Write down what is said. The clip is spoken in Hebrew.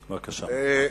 א.